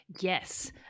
Yes